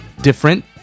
different